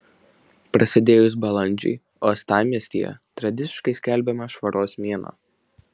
prasidėjus balandžiui uostamiestyje tradiciškai skelbiamas švaros mėnuo